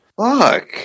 Fuck